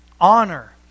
honor